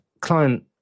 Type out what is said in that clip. client